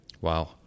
Wow